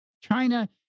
China